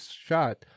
shot